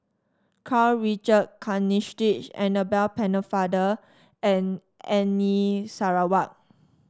Karl Richard Hanitsch Annabel Pennefather and Sarawak